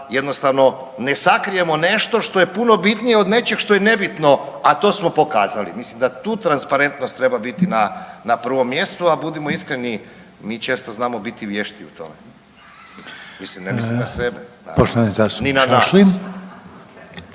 jednostavno ne sakrijemo nešto što je puno bitnije od nečeg što je nebitno, a to smo pokazali. Mislim da tu transparentnost treba biti na, na prvom mjestu, a budimo iskreni mi često znamo biti vješti u tome, mislim ne mislim na sebe naravno,